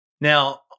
Now